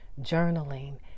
journaling